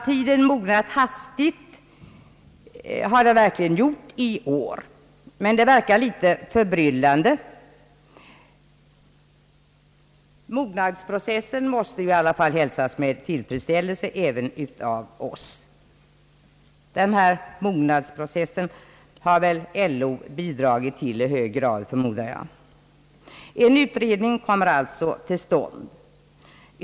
Tiden bar verkligen mognat hastigt i år, vilket verkar något förbryllande. Mognadsprocessen måste i alla fall hälsas med tillfredsställelse även av oss. Jag förmodar att LO i hög grad har bidragit till denna process. En utredning skall alltså komma till stånd.